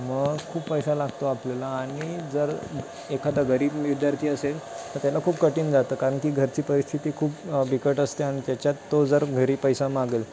मग खूप पैसा लागतो आपल्याला आणि जर एखादा गरीब विद्यार्थी असेल तर त्याला खूप कठीण जातं कारण की घरची परिस्थिती खूप बिकट असते आणि त्याच्यात तो जर घरी पैसा मागेल